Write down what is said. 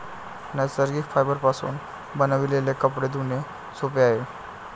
नैसर्गिक फायबरपासून बनविलेले कपडे धुणे सोपे आहे